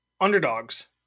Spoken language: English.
underdogs